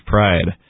Pride